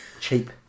cheap